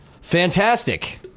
Fantastic